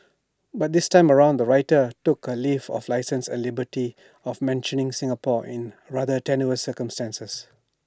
but this time around the writer took A leave of licence and liberty of mentioning Singapore in rather tenuous circumstances